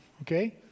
Okay